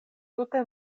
tute